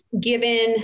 given